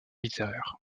littéraires